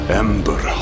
ember